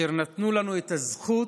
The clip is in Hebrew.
אשר נתנו לנו את הזכות